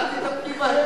את תטפלי בהם?